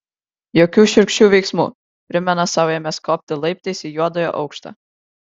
jokių šiurkščių veiksmų primena sau ėmęs kopti laiptais į juodojo aukštą